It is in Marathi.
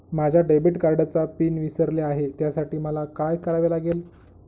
माझ्या डेबिट कार्डचा पिन विसरले आहे त्यासाठी मला काय करावे लागेल?